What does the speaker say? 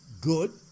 good